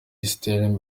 isi